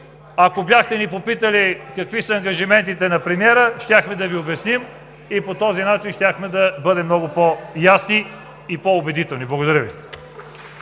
Ако бяхте ни попитали какви са ангажиментите на премиера, щяхме да Ви обясним и по този начин щяхме да бъдем много по-ясни и по-убедителни. Благодаря Ви.